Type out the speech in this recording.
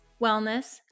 wellness